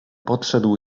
podszedł